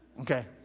okay